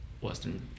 Western